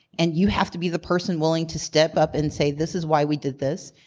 and you have to be the person willing to step up and say this is why we did this.